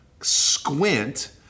squint